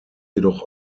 jedoch